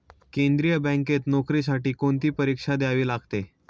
केंद्रीय बँकेत नोकरीसाठी कोणती परीक्षा द्यावी लागते?